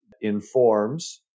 informs